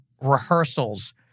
rehearsals